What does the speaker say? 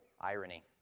irony